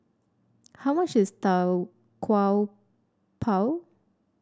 how much is Tau Kwa Pau